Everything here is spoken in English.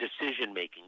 decision-making